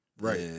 Right